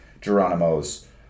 Geronimo's